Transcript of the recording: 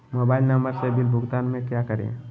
Mobile number से बिल भुगतान में क्या करें?